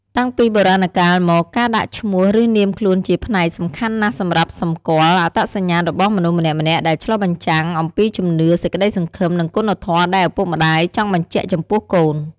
តាំងពីបុរាណកាលមកការដាក់ឈ្មោះឬនាមខ្លួនជាផ្នែកសំខាន់ណាស់សម្រាប់សម្គាល់អត្តញ្ញាណរបស់មនុស្សម្នាក់ៗដែលឆ្លុះបញ្ជាំងអំពីជំនឿ សេចក្តីសង្ឃឹម និងគុណធម៌ ដែលឪពុកម្តាយចង់បញ្ជាក់ចំពោះកូន។